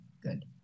good